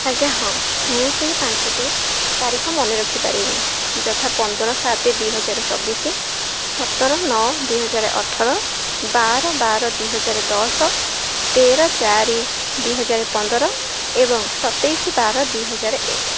ଆଜ୍ଞା ହଁ ମୁଁ ସେହି ପାଞ୍ଚଟି ତାରିଖ ମନେ ରଖିପାରିବି ଯଥା ପନ୍ଦର ସାତ ଦୁଇହଜାର ଚବିଶ ସତର ନଅ ଦୁଇହଜାର ଅଠର ବାର ବାର ଦୁଇହଜାର ଦଶ ତେର ଚାରି ଦୁଇହଜାର ପନ୍ଦର ଏବଂ ସତେଇଶ ବାର ଦୁଇହଜାର ଏକ